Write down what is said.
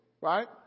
right